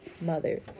mother